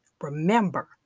Remember